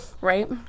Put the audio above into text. Right